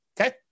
Okay